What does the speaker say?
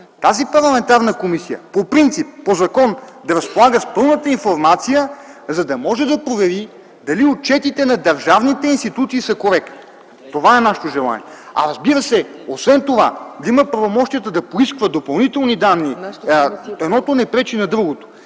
тази парламентарна комисия по принцип, по закон да разполага с пълната информация, за да може да провери дали отчетите на държавните институции са коректни. Това е нашето желание. Освен това да има правомощията да изисква допълнителни данни. Едното не пречи на другото.